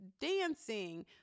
dancing